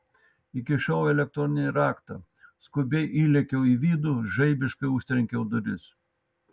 įkišau elektroninį raktą skubiai įlėkiau į vidų žaibiškai užtrenkiau duris